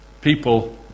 people